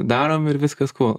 darom ir viskas kūl